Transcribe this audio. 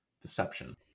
deception